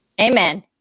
amen